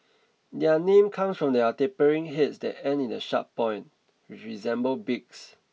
their name comes from their tapering heads that end in a sharp point which resemble beaks